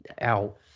out